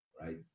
right